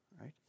right